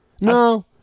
No